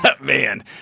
man